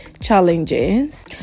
challenges